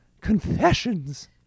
confessions